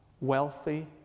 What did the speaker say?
wealthy